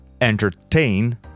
entertain